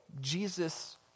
Jesus